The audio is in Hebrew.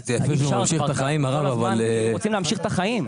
אנחנו רוצים להמשיך את החיים.